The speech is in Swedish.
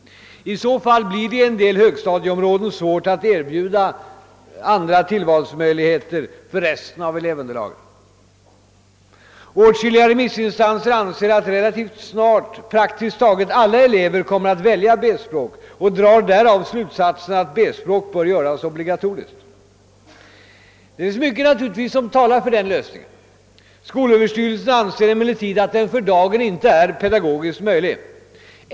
I så fall blir det i en del högstadieområden svårt att erbjuda andra tillvalsmöjligheter för resten av elevunderlaget. Åtskilliga remissinstanser anser att relativt snart praktiskt taget alla elever kommer att välja B språk och drar därav slutsatsen att B språk bör göras obligatoriskt. Det finns naturligtvis mycket som talar för den lösningen. <:Skolöverstyrelsen =: anser emellertid att den för dagen inte är pedagogiskt möjlig.